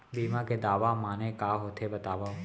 बीमा के दावा माने का होथे बतावव?